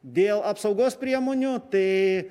dėl apsaugos priemonių tai